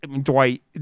dwight